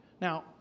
Now